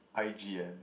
i_g_n